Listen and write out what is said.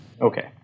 Okay